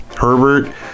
Herbert